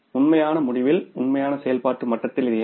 உண்மையான முடிவில் உண்மையான செயல்பாட்டு மட்டத்தில் இது என்ன